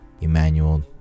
Emmanuel